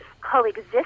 coexist